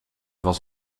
was